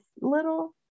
little